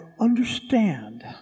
understand